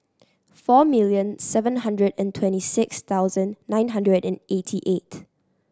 four million seven hundred and twenty six thousand nine hundred and eighty eight